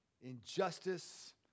injustice